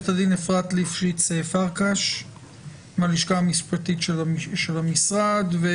קודם כול אני אתייחס לתהליך המזורז שעשינו בשבועות